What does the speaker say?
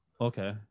Okay